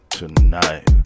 tonight